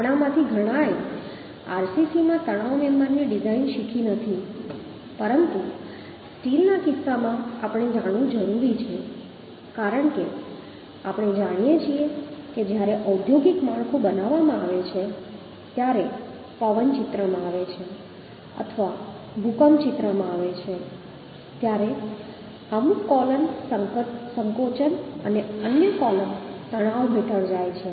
આપણામાંથી ઘણાએ આરસીસીમાં તણાવ મેમ્બરની ડિઝાઇન શીખી નથી પરંતુ સ્ટીલના કિસ્સામાં આપણે જાણવું જરૂરી છે કારણ કે આપણે જાણીએ છીએ કે જ્યારે ઔદ્યોગિક માળખું બનાવવામાં આવે છે ત્યારે પવન જ્યારે ચિત્રમાં આવે છે અથવા ભૂકંપ ચિત્રમાં આવે છે ત્યારે અમુક કૉલમ સંકોચન અને અન્ય કૉલમ તણાવ હેઠળ જાય છે